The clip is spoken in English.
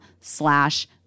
slash